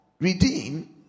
redeem